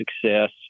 success